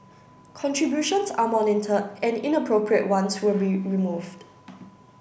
contributions are monitored and inappropriate ones will be removed